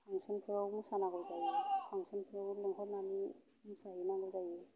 फांसनफ्राव मोसानांगौ जायो फांसनफ्राव लेंहरनानै मोसाहैनांगौ जायो